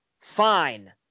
Fine